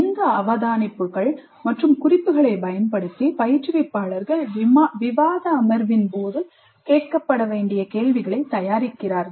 இந்த அவதானிப்புகள் மற்றும் குறிப்புகளைப் பயன்படுத்தி பயிற்றுவிப்பாளர்கள் விவாத அமர்வின் போது கேட்கப்பட வேண்டிய கேள்விகளைத் தயாரிக்கிறார்கள்